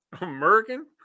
American